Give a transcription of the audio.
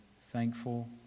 thankful